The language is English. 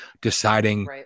deciding